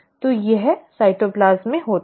तो यह साइटोप्लाज्म में होता है